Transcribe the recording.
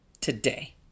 today